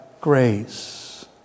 grace